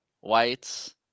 whites